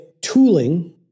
tooling